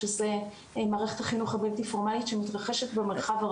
שזה מערכת החינוך הבלתי פורמלית שמתרחשת במרחב.